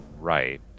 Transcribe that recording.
right